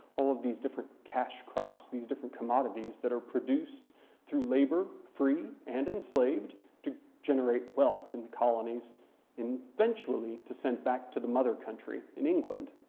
all of these different cash crops, these different commodities that are produced through labor, free and enslaved, to generate wealth in the colonies and eventually to send back to the mother country in england.